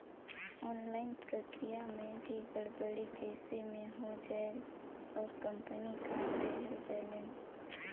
Online प्रक्रिया मे भी गड़बड़ी कइसे मे हो जायेल और कंपनी काट देहेल बैलेंस?